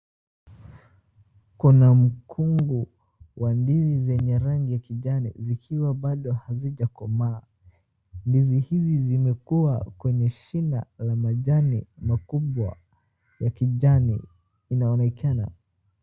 Kuna mkungu wa ndizi zenye rangi ya kijani zikwa bado hazijakomaa. Ndizi hizi zimekuwa kwenye shina ya majani kubwa ya kijani.